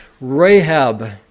Rahab